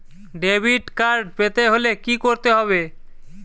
Debit card পেতে হলে কি করতে হবে?